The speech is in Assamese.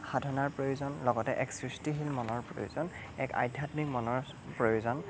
সাধনাৰ প্ৰয়োজন লগতে এক সৃষ্টিশীল মনৰ প্ৰয়োজন এক আধ্যাত্মিক মনৰ প্ৰয়োজন